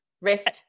rest